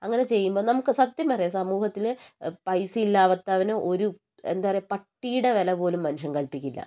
അങ്ങിനെ ചെയ്യുമ്പം നമുക്ക് സത്യം പറയാം സമൂഹത്തിൽ പൈസയില്ലാത്തവന് ഒരു എന്താ പറയാ ഒരു പട്ടീടെ വിലപോലും മനുഷ്യൻ കൽപ്പിക്കില്ല